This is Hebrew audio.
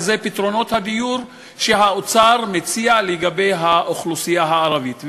וזה פתרונות הדיור שהאוצר מציע לגבי האוכלוסייה הערבית.